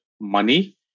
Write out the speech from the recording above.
money